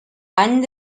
any